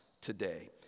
today